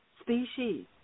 species